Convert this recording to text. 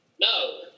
No